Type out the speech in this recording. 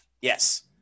yes